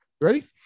Ready